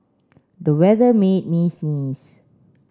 the weather made me sneeze